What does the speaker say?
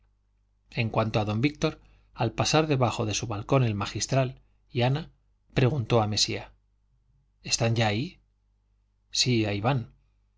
en cuanto a don víctor al pasar debajo de su balcón el magistral y ana preguntó a mesía están ya ahí sí ahí van